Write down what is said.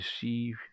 see